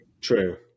true